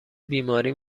بیماری